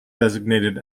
designated